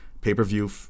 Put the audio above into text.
pay-per-view